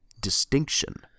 distinction